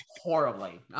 Horribly